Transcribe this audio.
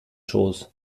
schoß